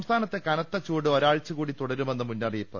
സംസ്ഥാനത്ത് കനത്ത ചൂട് ഒരാഴ്ച കൂടി തുടരുമെന്ന് മുന്നറിയിപ്പ്